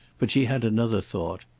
but she had another thought.